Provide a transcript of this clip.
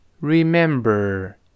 remember